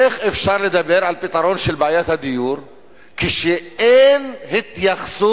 איך אפשר לדבר על פתרון של בעיית הדיור כשאין התייחסות,